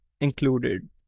included